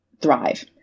thrive